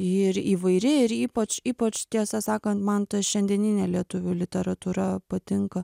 ji ir įvairi ir ypač ypač tiesą sakant man ta šiandieninė lietuvių literatūra patinka